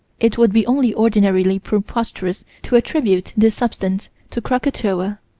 it would be only ordinarily preposterous to attribute this substance to krakatoa